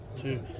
two